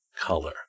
Color